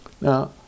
Now